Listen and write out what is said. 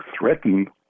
threaten